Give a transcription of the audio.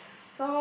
yes